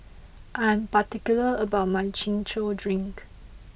I am particular about my Chin Chow Drink